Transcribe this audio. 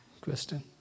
question